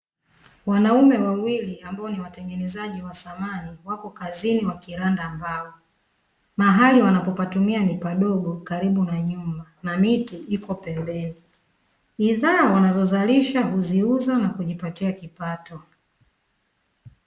Wanaume wawili , ambao ni watengenezaji wa samani , wapo kazini wakiranda mbao. Mahali wanapopatumia ni padogo karibu na nyumba, na miti iko pembeni . Bidhaa wanazozalisha huziuza, na kujipatia kipato.